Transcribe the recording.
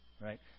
right